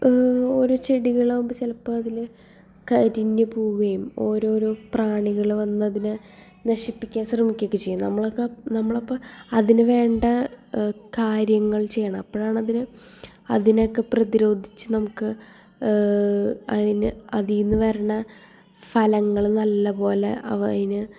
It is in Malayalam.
ഓരോ ചെടികളാകുമ്പോൾ ചിലപ്പോൾ അതിൽ കരിഞ്ഞ് പോകേം ഓരോരോ പ്രാണികൾ വന്ന് അതിനെ നശിപ്പിക്കാൻ ശ്രമിക്കുകയൊക്കെ ചെയ്യും നമ്മളൊക്കെ നമ്മളപ്പോൾ അതിന് വേണ്ട കാര്യങ്ങൾ ചെയ്യണം അപ്പോഴാണ് അതിന് അതിനൊക്കെ പ്രതിരോധിച്ച് നമുക്ക് അതിന് അതീന്ന് വരുന്ന ഫലങ്ങൾ നല്ല പോലെ വ അതിന്